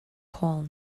call